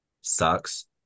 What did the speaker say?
sucks